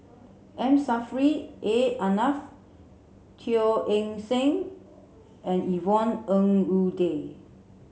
M Saffri A Manaf Teo Eng Seng and Yvonne Ng Uhde